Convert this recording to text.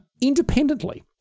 independently